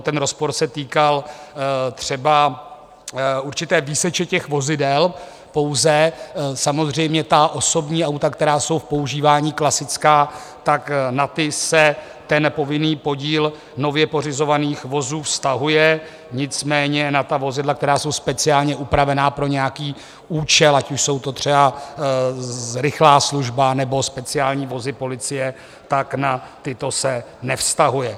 Ten rozpor se týkal třeba určité výseče těch vozidel, pouze samozřejmě ta osobní auta, která jsou v používání, klasická, tak na ta se povinný podíl nově pořizovaných vozů vztahuje, nicméně na vozidla, která jsou speciálně upravena pro nějaký účel, ať už jsou to třeba rychlá služba nebo speciální vozy policie, tak na ta se nevztahuje.